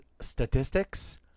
statistics